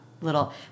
little